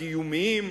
הקיומיים,